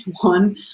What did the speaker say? one